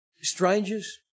Strangers